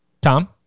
Tom